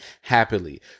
happily